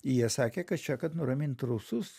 jie sakė kad čia kad nuramint rusus